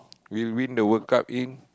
we'll win the World-Cup in